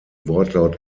wortlaut